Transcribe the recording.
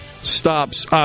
stops